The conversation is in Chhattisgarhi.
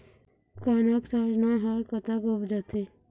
कनक सरना हर कतक उपजथे?